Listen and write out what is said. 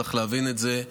צריך להבין את זה,